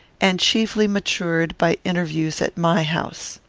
and chiefly matured by interviews at my house.